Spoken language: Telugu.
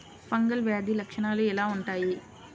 ఫంగల్ వ్యాధి లక్షనాలు ఎలా వుంటాయి?